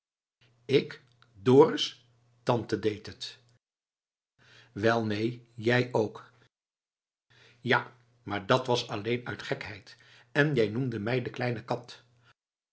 ik dorus tante deed het wel neen jij ook ja maar dat was alleen uit gekheid en jij noemdet mij de kleine kat